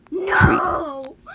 No